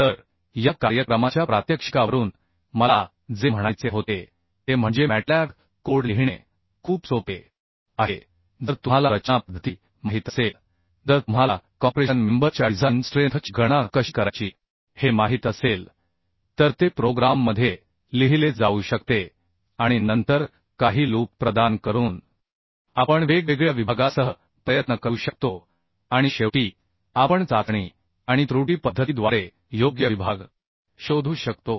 तर या कार्यक्रमाच्या प्रात्यक्षिकावरून मला जे म्हणायचे होते ते म्हणजे मॅटलॅब कोड लिहिणे खूप सोपे आहे जर तुम्हाला रचना पद्धती माहित असेल जर तुम्हाला कॉम्प्रेशन मेंबर च्या डिझाइन स्ट्रेंथ ची गणना कशी करायची हे माहित असेल तर ते प्रोग्राममध्ये लिहिले जाऊ शकते आणि नंतर काही लूप प्रदान करून आपण वेगवेगळ्या विभागासह प्रयत्न करू शकतो आणि शेवटी आपण चाचणी आणि त्रुटी पद्धतीद्वारे योग्य विभाग शोधू शकतो